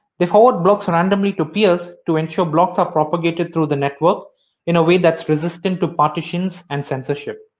they forward blocks are randomly to peers to ensure blocks are propagated through the network in a way that's resistant to partitions and censorship.